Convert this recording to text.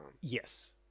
Yes